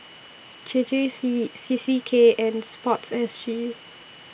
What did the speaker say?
J J C C C K and Sport S G